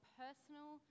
personal